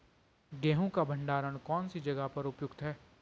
गेहूँ का भंडारण कौन सी जगह पर उपयुक्त है?